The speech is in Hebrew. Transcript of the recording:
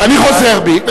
אני חוזר בי.